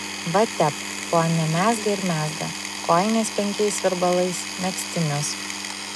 va tep ponia mezga ir mezga kojines penkiais virbalais megztinius